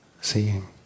seeing